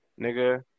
nigga